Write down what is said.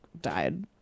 died